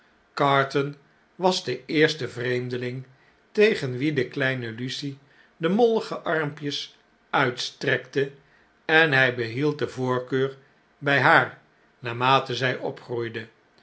carton was de eerste vreemdeling tegen wien de kleine lucie de mollige armpjes uitstrekte en hy behield de voorkeur by haar naarmate zy opgroeide